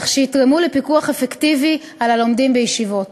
כך שיתרמו לפיקוח אפקטיבי על הלומדים בישיבות.